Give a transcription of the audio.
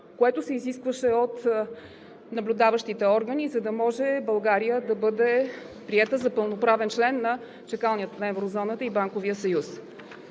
което се изискваше от наблюдаващите органи, за да може България да бъде приета за пълноправен член в чакалнята на еврозоната и Банковия съюз.